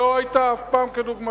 לא היתה אף פעם כדוגמתה.